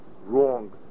wrong